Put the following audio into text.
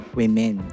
women